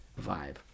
vibe